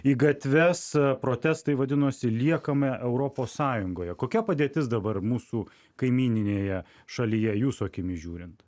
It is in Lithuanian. į gatves protestai vadinosi liekame europos sąjungoje kokia padėtis dabar mūsų kaimyninėje šalyje jūsų akimis žiūrint